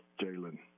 Jalen